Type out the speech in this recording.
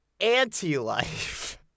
anti-life